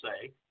say